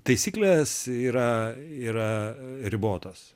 taisyklės yra yra ribotos